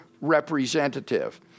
representative